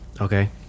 Okay